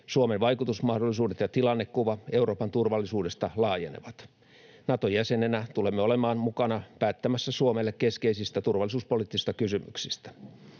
Suomen vaikutusmahdollisuudet ja tilannekuva Euroopan turvallisuudesta laajenevat. Naton jäsenenä tulemme olemaan mukana päättämässä Suomelle keskeisistä turvallisuuspoliittisista kysymyksistä.